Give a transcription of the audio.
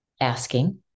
asking